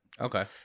okay